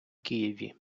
києві